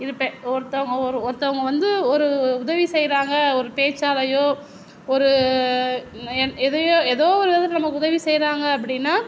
இருப்பேன் ஒருத்தவங்க ஒருத்தவங்க வந்து ஒரு உதவி செய்கிறாங்க ஒரு பேச்சாலேயோ ஒரு ஏதோ ஏதோ விதத்தில் நமக்கு உதவி செய்கிறாங்க அப்படின்னா